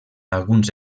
alguns